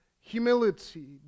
humility